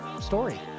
story